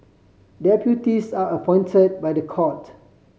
deputies are appointed by the court